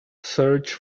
search